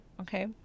Okay